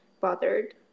bothered